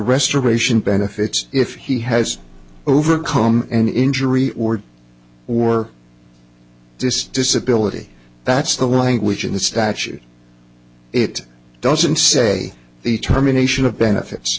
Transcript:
restoration benefits if he has overcome an injury or or this disability that's the language in the statute it doesn't say the terminations of benefits